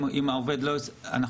אם העובד לא רוצה שנחשוף את פנייתו